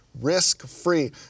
risk-free